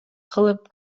кылып